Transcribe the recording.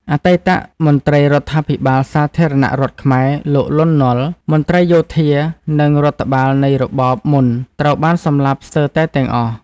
អតីតមន្ត្រីរដ្ឋាភិបាលសាធារណរដ្ឋខ្មែរ លោក លន់ នល់ មន្ត្រីយោធា និងរដ្ឋបាលនៃរបបមុន ត្រូវបានសម្លាប់ស្ទើរតែទាំងអស់។